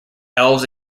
elves